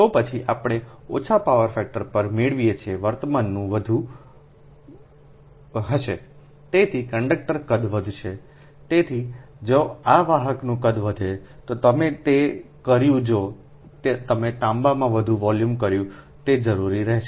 તો પછી આપણે ઓછા પાવર ફેક્ટર પર મેળવીએ છીએ વર્તમાન વધુ rightંચું હશે તેથી કંડક્ટર કદ વધશે તેથી જો આ વાહકનું કદ વધે તો તમે તે કર્યું જો તમે તાંબાના વધુ વોલ્યુમ કર્યાં તે જરુરી રહેશે